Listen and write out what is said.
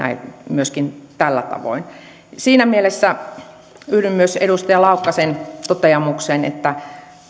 myöskin tällä tavoin siinä mielessä yhdyn myös edustaja laukkasen toteamukseen että